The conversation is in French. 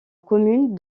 commune